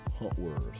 huntworth